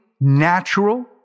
natural